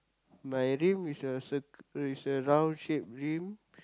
my rim is a circle is a round shape rim